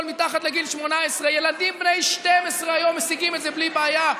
מתחת לגיל 18. ילדים בני 12 היום משיגים את זה בלי בעיה.